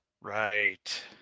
Right